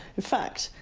in fact,